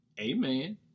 Amen